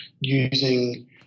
using